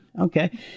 okay